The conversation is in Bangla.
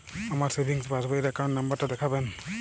আমার সেভিংস পাসবই র অ্যাকাউন্ট নাম্বার টা দেখাবেন?